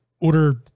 order